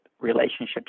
relationships